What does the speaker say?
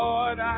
Lord